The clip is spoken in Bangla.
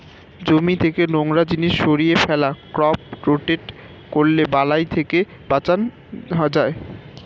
জমি থেকে নোংরা জিনিস সরিয়ে ফেলা, ক্রপ রোটেট করলে বালাই থেকে বাঁচান যায়